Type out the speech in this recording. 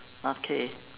okay